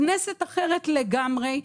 כנסת אחרת לגמרי,